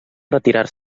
retirar